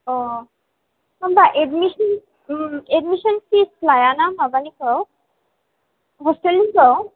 आह होमबा admission admission fees लायाना माबानिखौ हस्टेलनिखौ